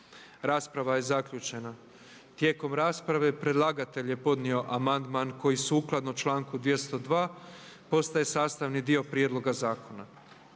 Rasprava je zaključena. Tijekom rasprave predlagatelj je podnio amandman koji sukladno članku 202. postaje sastavni dio prijedloga zakona.